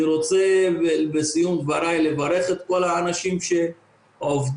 אני רוצה בסיום דבריי לברך את כל האנשים שעובדים,